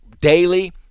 daily